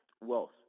wealth